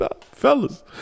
fellas